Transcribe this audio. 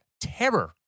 terror